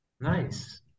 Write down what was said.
nice